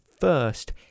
first